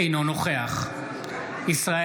אינו נוכח ישראל